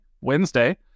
wednesday